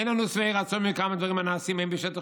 "אין אנו שבעי רצון מכמה דברים הנעשים הן בשטח